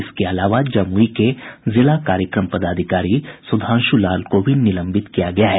इसके अलावा जमुई के जिला कार्यक्रम पदाधिकारी सुधांशु लाल को भी निलंबित किया गया है